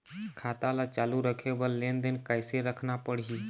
खाता ला चालू रखे बर लेनदेन कैसे रखना पड़ही?